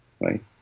right